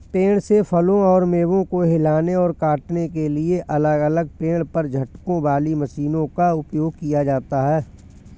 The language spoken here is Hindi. पेड़ से फलों और मेवों को हिलाने और काटने के लिए अलग अलग पेड़ पर झटकों वाली मशीनों का उपयोग किया जाता है